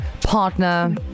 partner